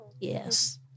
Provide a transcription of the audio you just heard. Yes